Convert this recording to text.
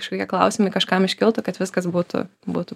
kažkokie klausimai kažkam iškiltų kad viskas būtų būtų